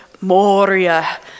Moria